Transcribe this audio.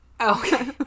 okay